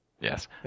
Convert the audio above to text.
Yes